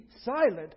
silent